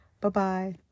Bye-bye